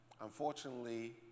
Unfortunately